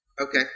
Okay